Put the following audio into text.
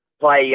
play